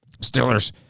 Steelers